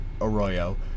Arroyo